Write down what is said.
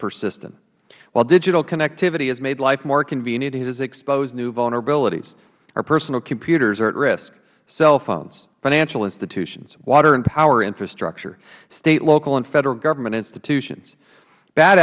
persistent while digital connectivity has made life more convenient it has exposed new vulnerabilities our personal computers are at risk as well as cell phones financial institutions water and power infrastructure state local and federal government institutions bad